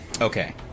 Okay